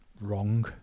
wrong